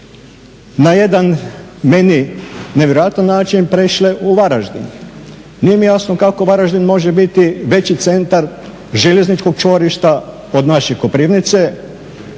na jedan nevjerojatan način prešle u Varaždin. Nije mi jasno kako Varaždin može biti veći centar željezničkog čvorišta od naše Koprivnica